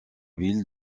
ville